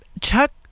Chuck